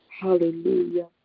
Hallelujah